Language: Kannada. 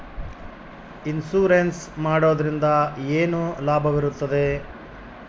ಇನ್ಸೂರೆನ್ಸ್ ಮಾಡೋದ್ರಿಂದ ಏನು ಲಾಭವಿರುತ್ತದೆ?